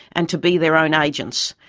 and to be their own agents,